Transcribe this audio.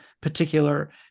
particular